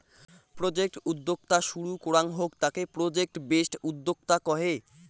project উদ্যোক্তা শুরু করাঙ হউক তাকে প্রজেক্ট বেসড উদ্যোক্তা কহে